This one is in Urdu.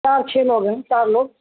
چار چھ لوگ ہیں چار لوگ